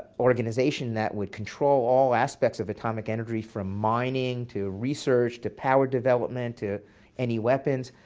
organization that would control all aspects of atomic energy from mining, to research, to power development, to any weapons.